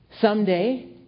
someday